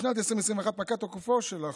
בשנת 2021 פקע תוקפו של החוק,